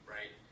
Right